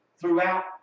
throughout